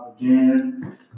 again